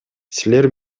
силер